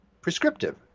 prescriptive